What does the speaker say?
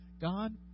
God